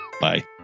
Bye